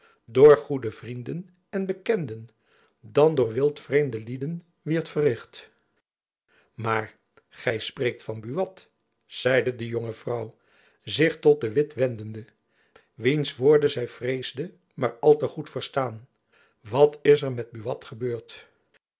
door goede vrienden en bekenden dan door wild vreemde lieden wierd verricht maar gy spreekt van buat zeide de jonge vrouw zich tot de witt wendende wiens woorden zy vreesde jacob van lennep elizabeth musch maar al te goed te verstaan wat is er met buat gebeurd